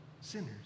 Sinners